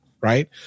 right